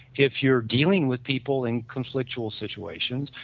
if you're dealing with people in conflictual situations,